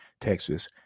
Texas